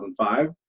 2005